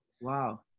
Wow